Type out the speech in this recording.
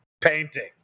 painting